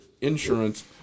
insurance